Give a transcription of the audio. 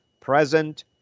present